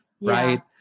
right